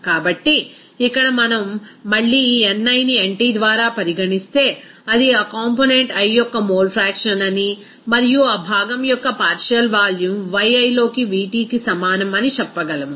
కాబట్టి ఇక్కడ మనం మళ్ళీ ఈ niని nt ద్వారా పరిగణిస్తే అది ఆ కాంపోనెంట్ i యొక్క మోల్ ఫ్రాక్షన్ అని మరియు ఆ భాగం యొక్క పార్షియల్ వాల్యూమ్ Yi లోకి Vtకి సమానం అని చెప్పగలం